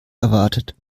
erwartet